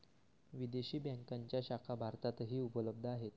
विदेशी बँकांच्या शाखा भारतातही उपलब्ध आहेत